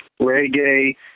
reggae